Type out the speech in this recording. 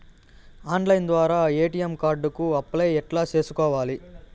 Online ద్వారా ATM card కు apply ఎట్లా సేసుకోవాలి?